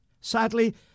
Sadly